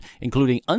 including